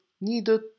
needed